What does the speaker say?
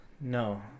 No